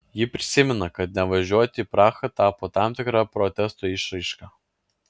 ji prisimena kad nevažiuoti į prahą tapo tam tikra protesto išraiška